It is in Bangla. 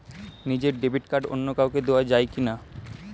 নিজের ডেবিট কার্ড অন্য কাউকে দেওয়া যায় কি না?